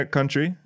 Country